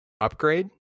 upgrade